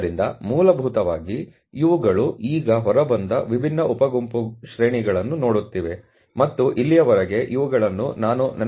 ಆದ್ದರಿಂದ ಮೂಲಭೂತವಾಗಿ ಇವುಗಳು ಈಗ ಹೊರಬಂದ ವಿಭಿನ್ನ ಉಪ ಗುಂಪು ಶ್ರೇಣಿಗಳನ್ನು ನೋಡುತ್ತಿವೆ ಮತ್ತು ಇಲ್ಲಿಯವರೆಗೆ ಇವುಗಳನ್ನು ನಾನು ನೆನಪಿಸಿಕೊಂಡರೆ 0